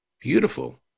beautiful